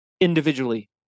individually